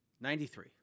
Ninety-three